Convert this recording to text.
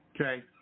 okay